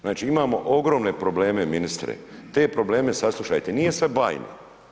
Znači imamo ogromne probleme ministre, te probleme saslušajte, nije sve bajno.